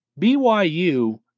BYU